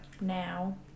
now